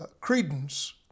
credence